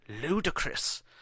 Ludicrous